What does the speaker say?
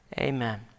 Amen